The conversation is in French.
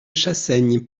chassaigne